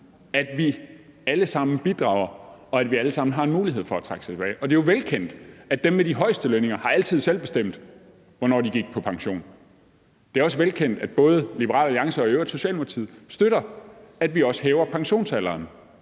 at vi alle sammen har en mulighed for at trække os tilbage. Og det er jo velkendt, at dem med de højeste lønninger altid selv har bestemt, hvornår de gik på pension. Det er også velkendt, at både Liberal Alliance og i øvrigt også Socialdemokratiet støtter, at vi også hæver pensionsalderen,